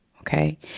okay